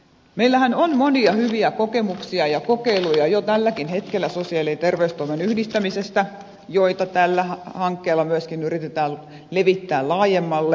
meillähän on monia hyviä kokemuksia ja kokeiluja jo tälläkin hetkellä sosiaali ja terveystoimen yhdistämisestä ja niitä tällä hankkeella myöskin yritetään levittää laajemmalle